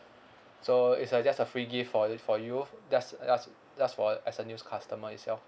so is like just a free gift for it for you f~ just just just for a as a new customer itself